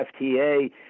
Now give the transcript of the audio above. FTA